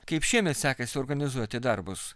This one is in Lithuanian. kaip šiemet sekasi organizuoti darbus